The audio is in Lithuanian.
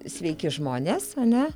sveiki žmonės ane